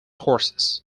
courses